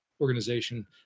organization